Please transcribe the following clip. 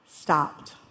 stopped